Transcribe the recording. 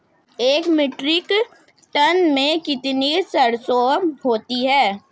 एक metric tonne में कितनी सरसों होती है?